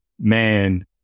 man